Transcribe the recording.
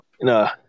no